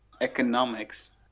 economics